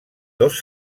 dos